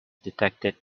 detected